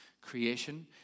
creation